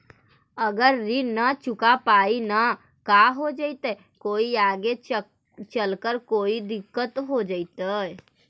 अगर ऋण न चुका पाई न का हो जयती, कोई आगे चलकर कोई दिलत हो जयती?